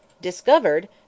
Discovered